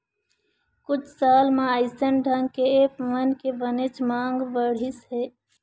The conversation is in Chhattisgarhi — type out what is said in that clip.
कुछ साल म अइसन ढंग के ऐप मन के बनेच मांग बढ़िस हे